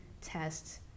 tests